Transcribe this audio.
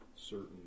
certain